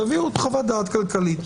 תביאו חוות דעת כלכלית,